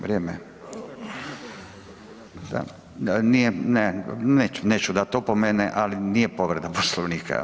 Vrijeme, neću dati opomene, ali nije povreda Poslovnika.